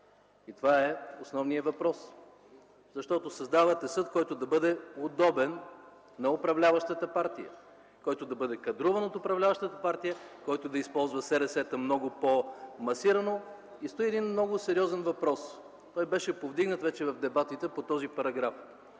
И това е основният въпрос. Защото създавате съд, който да бъде удобен на управляващата партия, който да бъде кадруван от управляващата партия, който да използва СРС-та много по-масирано. Стои един много сериозен въпрос. Той беше повдигнат вече в дебатите по този параграф